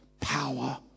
power